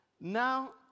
Now